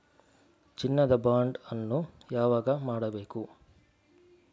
ಚಿನ್ನ ದ ಬಾಂಡ್ ಅನ್ನು ಯಾವಾಗ ಮಾಡಬೇಕು?